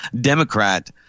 Democrat